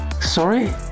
Sorry